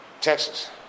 Texas